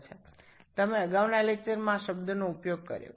আপনি পূর্ববর্তী আলোচনা এই শব্দটি ব্যবহার করেছেন